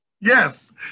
yes